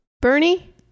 Bernie